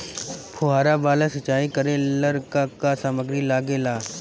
फ़ुहारा वाला सिचाई करे लर का का समाग्री लागे ला?